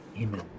amen